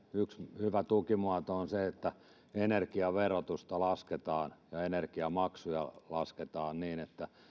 yksi hyvä tukimuoto on se että energiaverotusta lasketaan ja energiamaksuja lasketaan niin että